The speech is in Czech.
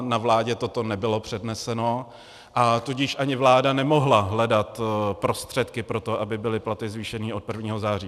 Na vládě toto nebylo předneseno, a tudíž ani vláda nemohla hledat prostředky pro to, aby byly platy zvýšeny od 1. září.